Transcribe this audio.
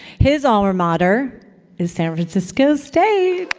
his alma mater is san francisco state.